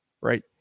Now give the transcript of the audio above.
right